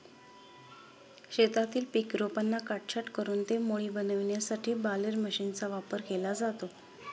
शेतातील पीक रोपांना काटछाट करून ते मोळी बनविण्यासाठी बालेर मशीनचा वापर केला जातो